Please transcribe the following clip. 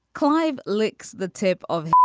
clive licks the tip of.